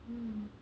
hmm